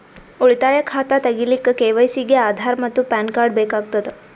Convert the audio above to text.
ಉಳಿತಾಯ ಖಾತಾ ತಗಿಲಿಕ್ಕ ಕೆ.ವೈ.ಸಿ ಗೆ ಆಧಾರ್ ಮತ್ತು ಪ್ಯಾನ್ ಕಾರ್ಡ್ ಬೇಕಾಗತದ